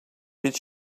did